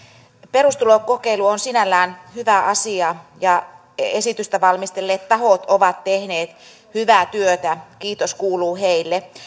perustulokokeilu on sinällään hyvä asia ja esitystä valmistelleet tahot ovat tehneet hyvää työtä kiitos kuuluu heille